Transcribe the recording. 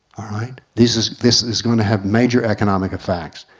this is this is going to have major economic effects.